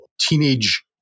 teenage